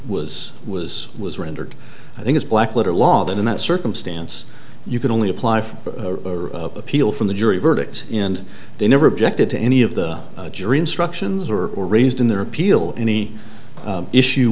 was was was rendered i think it's black letter law that in that circumstance you can only apply for appeal from the jury verdicts in and they never objected to any of the jury instructions or were raised in their appeal any issue